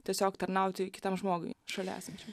tiesiog tarnauti kitam žmogui šalia esančiam